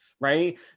right